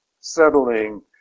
settling